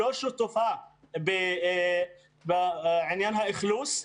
לא שותפה בעניין האכלוס.